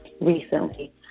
recently